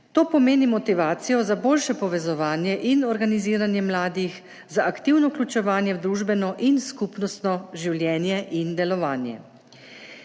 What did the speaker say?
To pomeni motivacijo za boljše povezovanje in organiziranje mladih za aktivno vključevanje v družbeno in skupnostno življenje in delovanje.